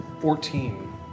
fourteen